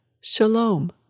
Shalom